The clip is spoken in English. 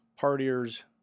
partiers